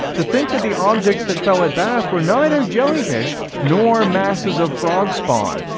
to think that the objects that fell at bath were neither jellyfish nor masses of frog spawn,